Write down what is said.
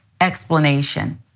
explanation